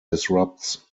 disrupts